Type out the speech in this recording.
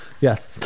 yes